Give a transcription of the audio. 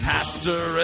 Pastor